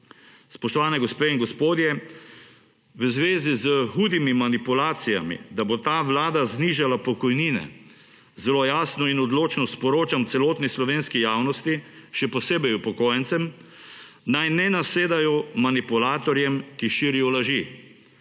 Spoštovane gospe in gospodje, v zvezi s hudimi manipulacijami, da bo ta vlada znižala pokojnine, zelo jasno in odločno sporočam celotni slovenski javnosti, še posebej upokojencem, naj ne nasedajo manipulatorjem, ki širijo laži.